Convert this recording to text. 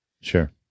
Sure